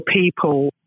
people